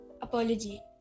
apology